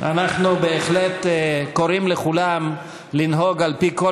אנחנו בהחלט קוראים לכולם לנהוג על-פי כל